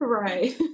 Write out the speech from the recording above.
Right